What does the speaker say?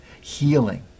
healing